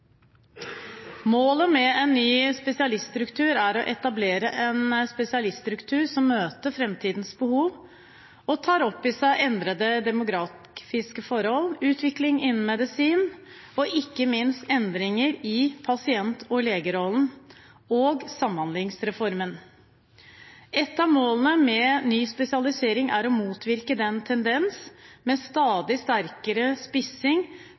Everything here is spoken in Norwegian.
Målet med en ny spesialiststruktur er å etablere en spesialiststruktur som møter framtidens behov og tar opp i seg endrede demografiske forhold, utvikling innen medisin og ikke minst endringer i pasient- og legerollen og Samhandlingsreformen. Et av målene med ny spesialisering er å motvirke tendensen med stadig sterkere spissing